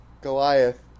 Goliath